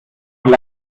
euch